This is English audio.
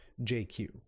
JQ